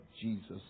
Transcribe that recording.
Jesus